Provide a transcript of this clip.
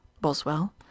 boswell